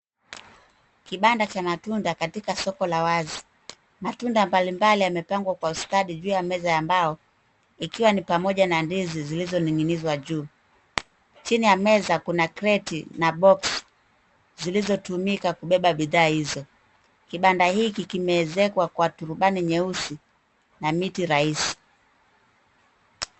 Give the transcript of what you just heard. Kibanda cha matunda katika soko la wazi. Matunda mbalimbali yamepangwa kwa ustadi juu ya meza ya mbao ikiwa ni pamoja na ndizi zilizoning'inizwa juu. Chini ya meza kuna kreti na box zilizotumika kubeba bidhaa hizo. Kibanda hiki kimeezekwa kwa turubani nyeusi na miti rahisi.